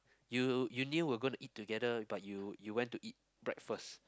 you you knew we're gonna eat together but you you went to eat breakfast